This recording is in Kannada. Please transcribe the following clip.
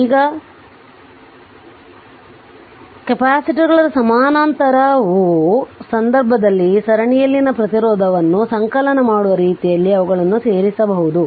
ಈಗ ಸ್ಲೈಡ್ ಸಮಯ ಕೆಪಾಸಿಟರ್ಗಳ ಸಮಾನಾಂತರವು ಸಂದರ್ಭದಲ್ಲಿ ಸರಣಿಯಲ್ಲಿನ ಪ್ರತಿರೋಧವನ್ನು ಸಂಕಲನ ಮಾಡುವ ರೀತಿಯಲ್ಲಿ ಅವುಗಳನ್ನು ಸೇರಿಸಬಹುದು